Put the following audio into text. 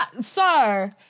Sir